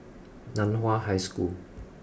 Nan Hua High School